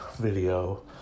video